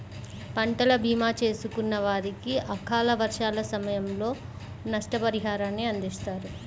పంటల భీమా చేసుకున్న వారికి అకాల వర్షాల సమయంలో నష్టపరిహారాన్ని అందిస్తారు